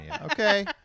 okay